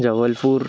Jabalpur